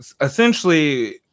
essentially